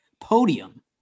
podium